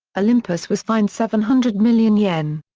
olympus was fined seven hundred million yen.